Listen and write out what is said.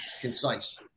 concise